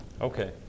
Okay